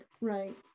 Right